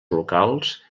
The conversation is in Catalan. locals